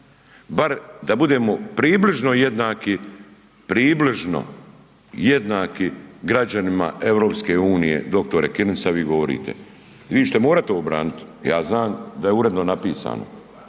Bar da budemo približno jednaki, približno jednaki građanima EU doktore Kirin sad vi govorite. Vi ćete morat ovo branit. Ja znam da je uredno napisano.